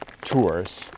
tours